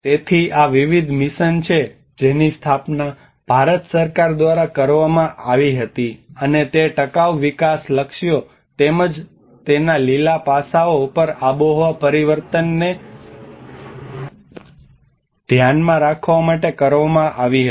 તેથી આ વિવિધ મિશન છે જેની સ્થાપના ભારત સરકાર દ્વારા કરવામાં આવી હતી અને તે ટકાઉ વિકાસ લક્ષ્યો તેમજ તેના લીલા પાસાઓ પર આબોહવા પરિવર્તનને ધ્યાનમાં રાખવા માટે કરવામાં આવી હતી